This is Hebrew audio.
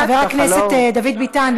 חבר הכנסת דוד ביטן,